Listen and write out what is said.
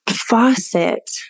faucet